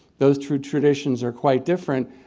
those two traditions are quite different.